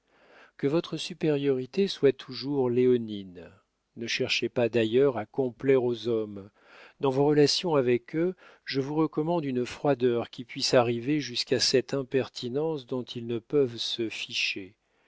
que votre supériorité soit toujours léonine ne cherchez pas d'ailleurs à complaire aux hommes dans vos relations avec eux je vous recommande une froideur qui puisse arriver jusqu'à cette impertinence dont ils ne peuvent se fâcher